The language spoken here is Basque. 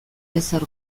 ezer